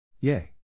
Yay